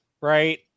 right